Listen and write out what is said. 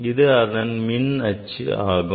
இது அதன் மின் அச்சு ஆகும்